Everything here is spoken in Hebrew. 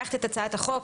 לקחת את הצעת החוק,